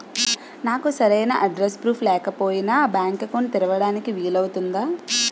నాకు సరైన address proof లేకపోయినా బ్యాంక్ అకౌంట్ తెరవడానికి వీలవుతుందా?